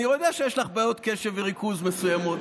אני יודע שיש לך בעיות קשב וריכוז מסוימות.